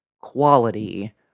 quality